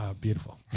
beautiful